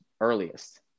earliest